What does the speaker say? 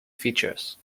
features